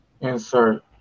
insert